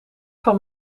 van